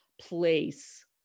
place